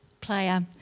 player